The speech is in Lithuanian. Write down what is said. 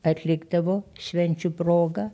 atlikdavo švenčių proga